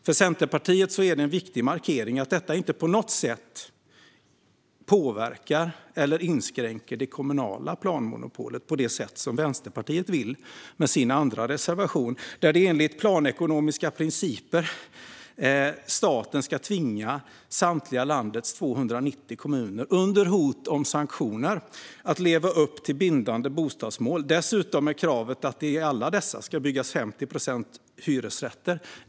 För Centerpartiet är det en viktig markering att detta inte på något sätt påverkar eller inskränker det kommunala planmonopolet på det sätt som Vänsterpartiet vill med sin andra reservation, där enligt planekonomiska principer staten ska tvinga samtliga landets 290 kommuner att under hot om sanktioner leva upp till bindande bostadsmål - dessutom med kravet att det i alla dessa ska byggas 50 procent hyresrätter.